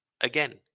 Again